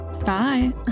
Bye